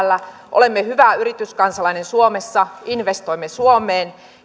olemme hyvä yrityskansalainen suomessa investoimme suomeen